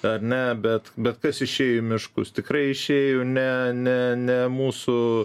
ar ne bet bet kas išėjo į miškus tikrai išėjo ne ne ne mūsų